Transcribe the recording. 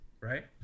right